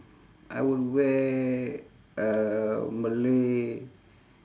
I would wear a malay